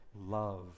love